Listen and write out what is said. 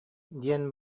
диэн